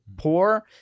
poor